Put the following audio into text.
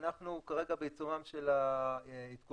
אנחנו כרגע בעיצומם של העדכונים,